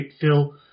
Phil